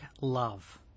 love